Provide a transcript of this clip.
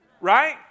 right